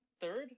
third